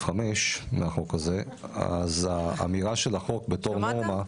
5 מהחוק הזה האמירה של החוק בתור נורמה -- שמעת?